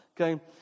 Okay